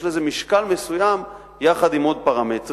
יש לזה משקל מסוים, יחד עם עוד פרמטרים.